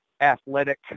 athletic